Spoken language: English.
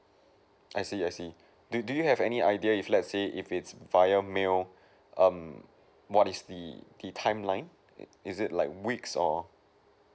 I see I see do do you have any idea if let's say if it's via mail um what is the the timeline is it like weeks or